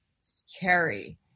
scary